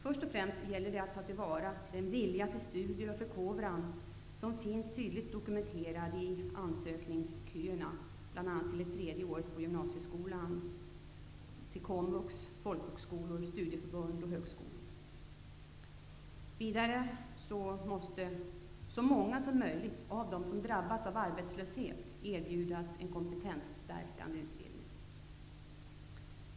Först och främst gäller det att ta till vara den vilja till studier och förkovran som finns tydligt dokumenterad i ansökningsköerna bl.a. till det tredje året på gymnasieskolan, till komvux, folkhögskolor, studieförbund och högskolor. Vidare måste så många som möjligt av dem som drabbas av arbetslöshet erbjudas en kompetensstärkande utbildning.